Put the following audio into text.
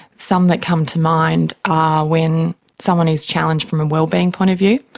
some that come to mind are when someone is challenged from a wellbeing point of view.